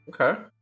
Okay